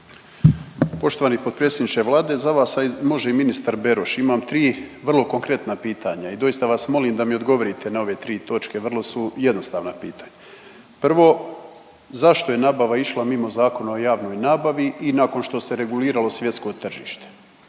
Poštovani potpredsjedniče Vlade, za vas, a može i ministar Beroš, imam 3 vrlo konkurentna pitanja i doista vas molim da mi odgovorite na ove 3 točke, vrlo su jednostavna pitanja. Prvo, zašto je nabava išla mimo Zakona o javnoj nabavi i nakon što se reguliralo svjetsko tržište